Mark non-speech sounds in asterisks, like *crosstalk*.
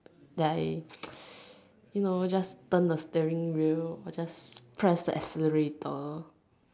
like *noise* you know just turn the steering wheel just press the accelerator